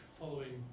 following